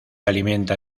alimenta